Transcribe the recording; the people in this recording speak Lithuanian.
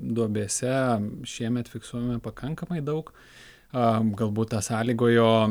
duobėse šiemet fiksuojame pakankamai daug galbūt tą sąlygojo